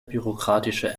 bürokratische